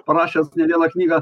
parašęs ne vieną knygą